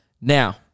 now